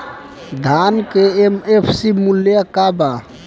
धान के एम.एफ.सी मूल्य का बा?